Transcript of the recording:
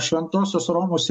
šventosios romos